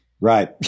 Right